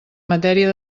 matèria